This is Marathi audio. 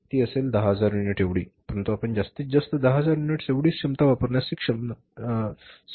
ती असेल १०००० युनिट एवढी परंतु आपण जास्तीत जास्त १०००० युनिट्स एवढीच क्षमता वापरण्यास ही सक्षम नाहीत